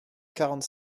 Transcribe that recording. quarante